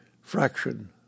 fraction